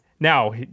Now